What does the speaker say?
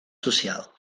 social